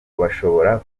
bashobora